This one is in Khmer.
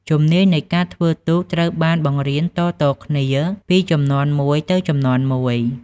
ជំនាញនៃការធ្វើទូកត្រូវបានបង្រៀនតៗគ្នាពីជំនាន់មួយទៅជំនាន់មួយ។